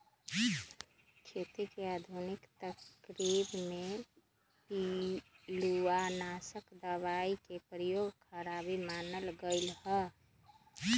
खेती के आधुनिक तरकिब में पिलुआनाशक दबाई के प्रयोग खराबी मानल गेलइ ह